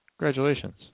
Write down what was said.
Congratulations